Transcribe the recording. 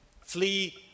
flee